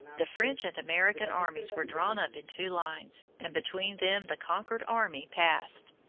the french and american armies were drawn up in two lines, and between them the conquered army passed.